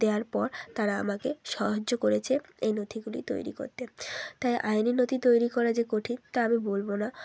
দেওয়ার পর তারা আমাকে সহায্য করেছে এই নথিগুলি তৈরি করতে তাই আইনি নথি তৈরি করা যে কঠিন তা আমি বলব না